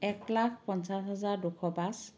এক লাখ পঞ্চাছ হাজাৰ দুশ পাঁচ